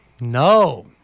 No